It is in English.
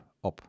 op